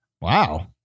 Wow